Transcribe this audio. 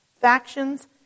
factions